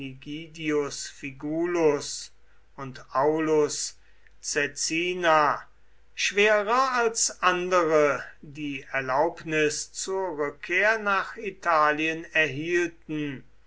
figulus und aulus caecina schwerer als andere die erlaubnis zur rückkehr nach italien erhielten